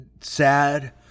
sad